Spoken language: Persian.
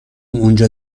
اونجا